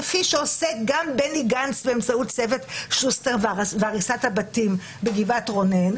כפי שעושה גם בני גנץ באמצעות "צוות שוסטר" והריסת הבתים בגבעת רונן,